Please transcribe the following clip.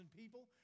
people